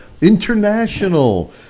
International